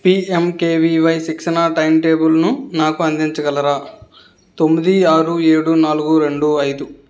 PMKVY శిక్షణ టైమ్టేబుల్ను నాకు అందించగలరా తొమ్మిది ఆరు ఏడు నాలుగు రెండు ఐదు